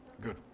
Good